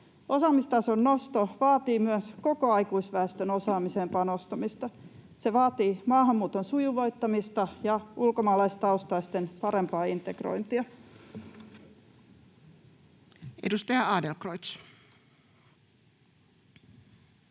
Osaamistason nosto vaatii myös koko aikuisväestön osaamiseen panostamista. Se vaatii maahanmuuton sujuvoittamista ja ulkomaalaistaustaisten parempaa integrointia. [Speech